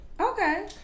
Okay